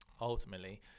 ultimately